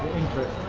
interest